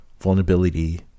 vulnerability